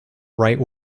right